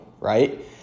right